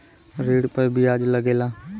ऋण पर बियाज लगेला